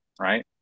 right